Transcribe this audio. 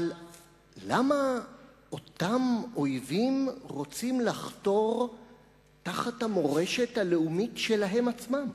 אבל למה אותם אויבים רוצים לחתור תחת המורשת הלאומית שלהם עצמם?